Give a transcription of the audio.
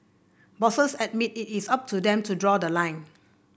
bosses admitted it is up to them to draw the line